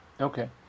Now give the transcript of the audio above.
Okay